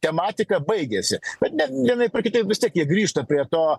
tematika baigėsi bet ne vienaip ar kitaip vis tiek jie grįžta prie to